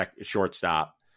shortstop